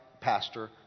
pastor